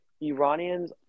Iranians